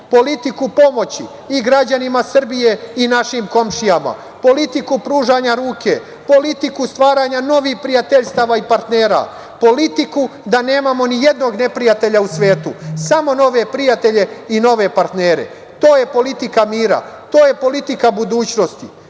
politiku pomoći i građanima Srbije i našim komšijama, politiku pružanja ruke, politiku stvaranja novih prijateljstava i partnera, politiku da nemamo ni jednog neprijatelja u svetu, samo novi prijatelji i novi partneri. To je politika mira. To je politika budućnosti.